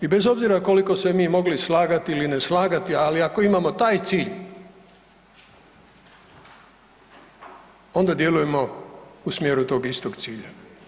I bez obzira koliko se mogli slagati ili ne slagati, ali ako imamo taj cilj onda djelujemo u smjeru tog istog cilja.